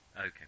Okay